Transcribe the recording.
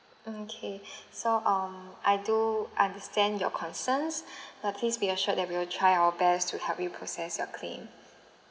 okay so um I do understand your concerns but please be assured that we will try our best to help you process your claim